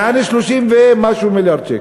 יעני, 30 ומשהו מיליארד שקל.